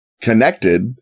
connected